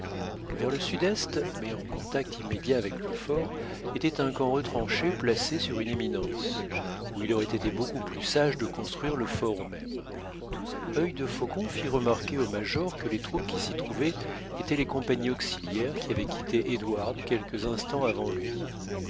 vers le sud-est mais en contact immédiat avec le fort était un camp retranché placé sur une éminence où il aurait été beaucoup plus sage de construire le fort même œil de faucon fit remarquer au major que les troupes qui s'y trouvaient étaient les compagnies auxiliaires qui avaient quitté édouard quelques instants avant lui